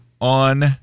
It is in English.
on